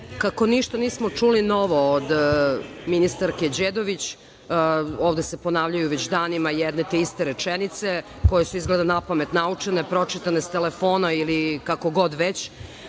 Kako ništa nismo čuli novo od ministarke Đedović, ovde se ponavljaju već danima jedne te iste rečenice koje su izgleda napamet naučene, pročitane s telefona ili kako god već. Imam